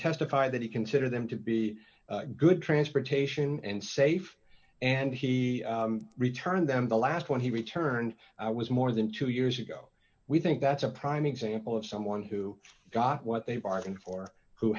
testified that he considered them to be good transportation and safe and he returned them the last one he returned i was more than two years ago we think that's a prime example of someone who got what they bargained for who